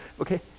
okay